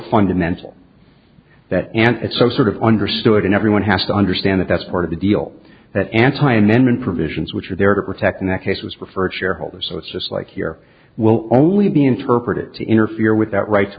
fundamental that and so sort of understood and everyone has to understand that that's part of the deal that anti amendment provisions which are there to protect in that case was referred shareholders so it's just like here will only be interpreted to interfere with that ri